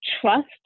trust